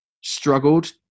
struggled